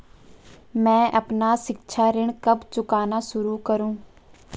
मैं अपना शिक्षा ऋण कब चुकाना शुरू करूँ?